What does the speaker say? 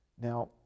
Now